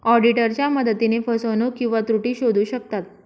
ऑडिटरच्या मदतीने फसवणूक किंवा त्रुटी शोधू शकतात